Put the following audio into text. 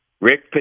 Rick